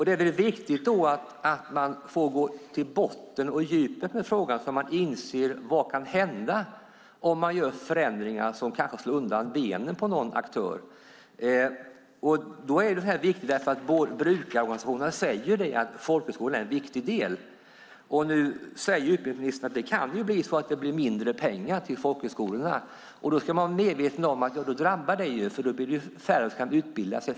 Det är väl viktigt att man går till botten och på djupet med frågan, så att man inser vad som kan hända om man gör förändringar som kanske slår undan benen på någon aktör. Då är det här viktigt. Brukarorganisationerna säger att folkhögskolorna är en viktig del. Utbildningsministern säger nu att det kan bli mindre pengar till folkhögskolorna. Då ska man vara medveten om att det drabbar dem eftersom färre kan utbilda sig.